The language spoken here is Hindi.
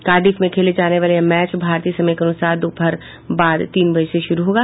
कार्डिफ में खेले जाने वाले यह मैच भारतीय समय के अनुसार दोपहर बाद तीन बजे से शुरू होगा